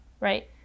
right